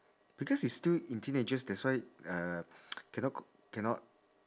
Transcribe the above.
because he's still in teenagers that's why uh cannot cannot